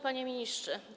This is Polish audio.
Panie Ministrze!